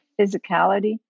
physicality